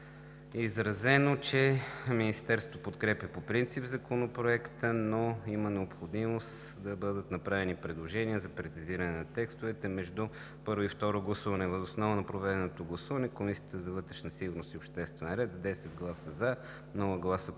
е изразено, че Министерството подкрепя по принцип Законопроекта, но има необходимост да бъдат направени предложения за прецизиране на текстовете между първо и второ гласуване. Въз основа на проведеното гласуване Комисията по вътрешна сигурност и обществен ред с 10 гласа „за“, без